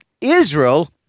Israel